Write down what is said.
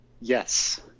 Yes